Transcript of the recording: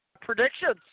predictions